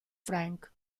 frank